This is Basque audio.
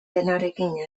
denarekin